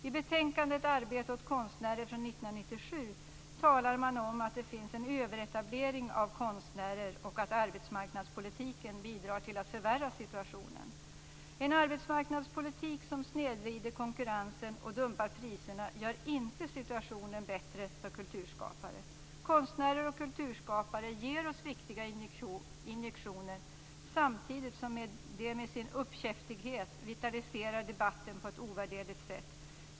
I betänkandet Arbete åt konstnärer från 1997 talar man om att det finns en överetablering av konstnärer och att arbetsmarknadspolitiken bidrar till att förvärra situationen. En arbetsmarknadspolitik som snedvrider konkurrensen och dumpar priserna gör inte situationen bättre för kulturskapare. Konstnärer och kulturskapare ger oss viktiga injektioner samtidigt som de med sin uppkäftighet vitaliserar debatten på ett ovärderligt sätt.